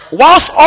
whilst